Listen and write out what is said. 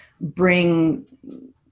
bring